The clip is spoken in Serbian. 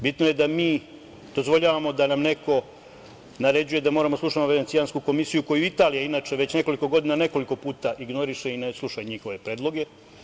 Bitno je da mi dozvoljavamo da nam neko naređujemo da moramo da slušamo Venecijansku komisiju koju Italija već nekoliko godina, nekoliko puta ignoriše i ne sluša njihove predloge.